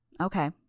Okay